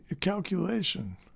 calculation